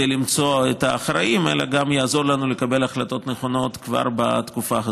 למצוא את האחראים אלא גם לעזור לנו לקבל החלטות נכונות כבר בתקופה הזאת.